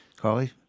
Carly